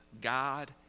God